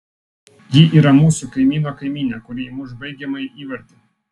ji yra mūsų kaimyno kaimynė kuri įmuš baigiamąjį įvartį